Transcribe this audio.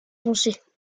poncet